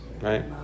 right